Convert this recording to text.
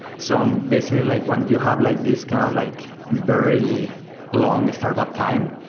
so um basically like when you have like this kind of like very long startup time,